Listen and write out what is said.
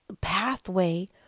pathway